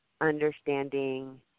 understanding